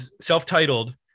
self-titled